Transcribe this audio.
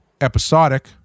episodic